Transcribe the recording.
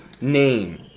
name